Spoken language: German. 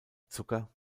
zucker